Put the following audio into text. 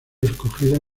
escogida